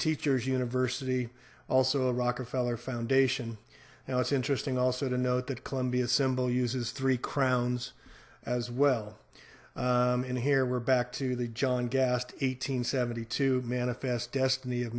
teachers university also a rockefeller foundation now it's interesting also to note that columbia symbol uses three crowns as well and here we're back to the john gassed eight hundred seventy two manifest destiny of